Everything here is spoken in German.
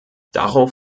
darauf